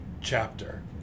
chapter